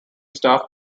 staff